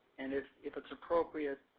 and if if its appropriate,